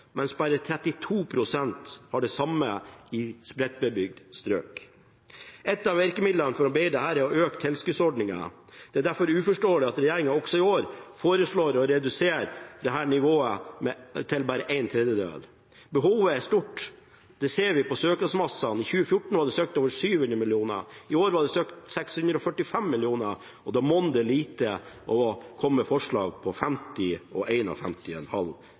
mens bare 32 pst. har det samme i spredtbebygde strøk. Et av virkemidlene for å bedre dette er å øke tilskuddsordningen. Det er derfor uforståelig at regjeringen også i år foreslår å redusere dette nivået til bare en tredjedel. Behovet er stort. Det ser vi på søknadsmassen. I 2014 var det søkt om 700 mill. kr, i år var det søkt om 645 mill. kr, og da monner det lite å komme med forslag på 50 og